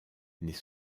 n’est